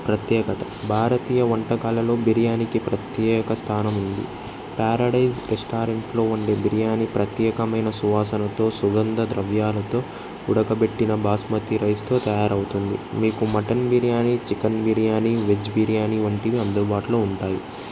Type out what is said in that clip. ప్రత్యేకత భారతీయ వంటకాలలో బిర్యానీకి ప్రత్యేక స్థానం ఉంది ప్యారడైస్ రెస్టారెంట్లో ఉండే బిర్యానీ ప్రత్యేకమైన సువాసనతో సుగంధ ద్రవ్యాలతో ఉడకబెట్టిన బాస్మతి రైస్తో తయారవుతుంది మీకు mutton biryani chicken biryani veg biryani వంటివి అందుబాటులో ఉంటాయి